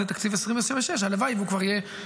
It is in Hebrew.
את תקציב 2026 הלוואי שהוא כבר יהיה,